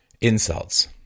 insults